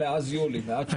יולי?